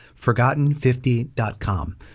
forgotten50.com